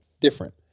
Different